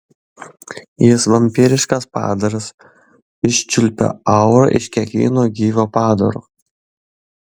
jis vampyriškas padaras iščiulpia aurą iš kiekvieno gyvo padaro